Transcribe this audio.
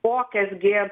kokias gi